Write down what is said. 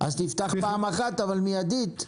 אז תפתח פעם אחת, אבל מיידית.